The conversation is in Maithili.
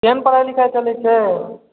केहन पढ़ाइ लिखाइ चलै छै